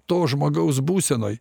to žmogaus būsenoj